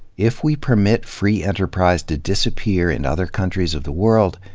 if, we permit free enterprise to disappear in other countries of the world,